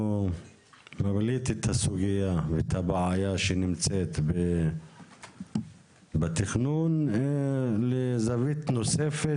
הוא מבליט את הסוגיה ואת הבעיה שנמצאת בתכנון לזווית נוספת,